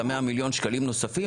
ה-100 מיליון שקלים נוספים,